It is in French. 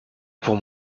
pour